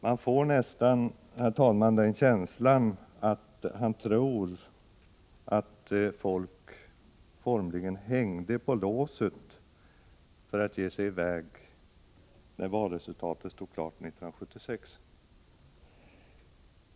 Man fick nästan en känsla att han ansåg att folk formligen hängde på låset för att ge sig iväg, när valresultatet stod klart 1976.